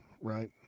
right